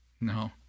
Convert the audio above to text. No